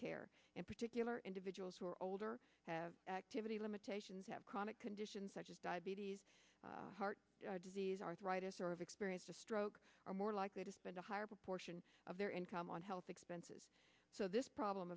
care in particular individuals who are older have activity limitations have chronic conditions such as diabetes heart disease arthritis or have experienced a stroke are more likely to spend a higher proportion of their income on health expenses so this problem